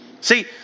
See